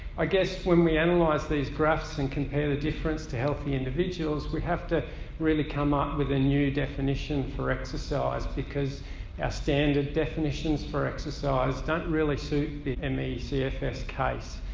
i guess when we analyze these graphs and compare the difference to healthy individuals we have to really come up with a new definition for exercise because our yeah standard definitions for exercise don't really suit the me cfs case.